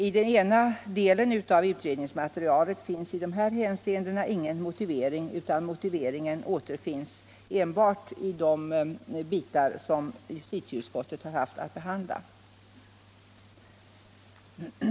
I den ena delen av utredningsmaterialet finns i de här hänseendena ingen motivering, utan motiveringen återfinns enbart i de avsnitt som justitieutskottet har haft att behandla.